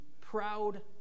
proud